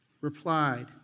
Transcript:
replied